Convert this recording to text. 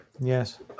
Yes